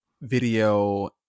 video